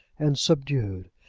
and subdued,